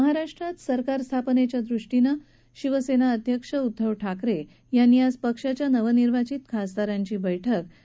महाराष्ट्रात सरकार स्थापनेच्या दृष्टीनं शिवसेना अध्यक्ष उद्दव ठाकरे यांनी आज पक्षाच्या नवनिर्वाचित खासदारांची बैठक बोलावली आहे